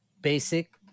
basic